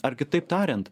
ar kitaip tariant